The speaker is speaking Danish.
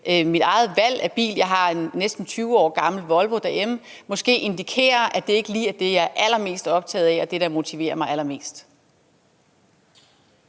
mit eget valg af bil – og jeg har en næsten 20 år gammel Volvo derhjemme – måske indikerer, at det ikke lige er det, jeg er allermest optaget af, og det, der motiverer mig allermest.